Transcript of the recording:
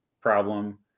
problem